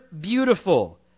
beautiful